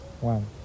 One